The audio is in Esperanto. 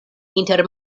inter